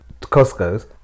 Costco's